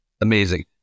amazing